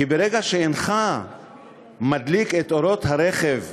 כי ברגע שאינך מדליק את אורות הרכב בזמן,